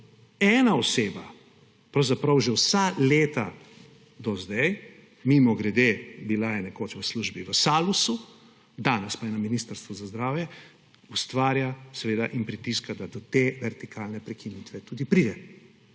ena oseba pravzaprav že vsa leta do zdaj, mimogrede bila je nekoč v službi v Salusu, danes pa je na Ministrstvu za zdravje, ustvarja in seveda pritiska, da do te vertikalne prekinitve tudi pride.